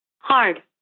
Hard